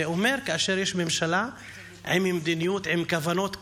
זה אומר שכאשר יש ממשלה עם כוונות תקינות,